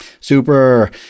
Super